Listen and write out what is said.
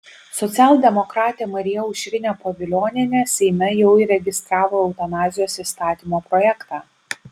socialdemokratė marija aušrinė pavilionienė seime jau įregistravo eutanazijos įstatymo projektą